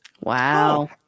Wow